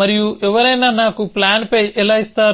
మరియు ఎవరైనా నాకు ప్లాన్ పై ఎలా ఇస్తారు